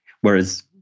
Whereas